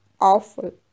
Awful